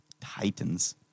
Titans